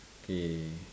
K